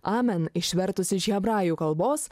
amen išvertus iš hebrajų kalbos